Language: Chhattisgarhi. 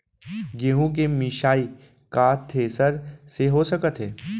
गेहूँ के मिसाई का थ्रेसर से हो सकत हे?